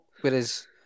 Whereas